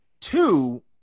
Two